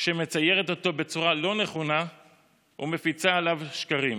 שמציירת אותו בצורה לא נכונה ומפיצה עליו שקרים.